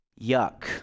Yuck